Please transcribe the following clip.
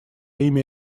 имя